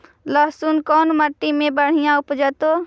लहसुन कोन मट्टी मे बढ़िया उपजतै?